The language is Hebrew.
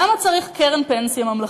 למה צריך קרן פנסיה ממלכתית?